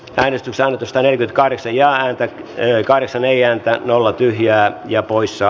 päivystystä oletusta liki kahdeksi ja aika jäi kahdeksan ii ääntä nolla tyhjää ja poissa